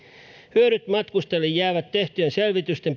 hyödyt matkustajalle jäävät tehtyjen selvitysten